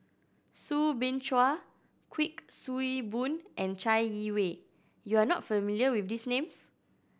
Soo Bin Chua Kuik Swee Boon and Chai Yee Wei you are not familiar with these names